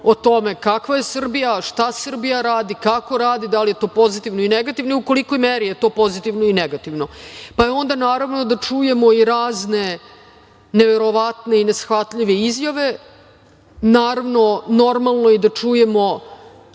o tome kakva je Srbija, šta Srbija radi, kako radi, da li je to pozitivno ili negativno i u kolikoj meri je to pozitivno i negativno. Onda je normalno da čujemo i razne neverovatne i neshvatljive izjave. Naravno, normalno je i da čujemo